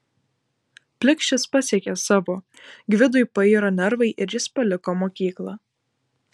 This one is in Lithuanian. plikšis pasiekė savo gvidui pairo nervai ir jis paliko mokyklą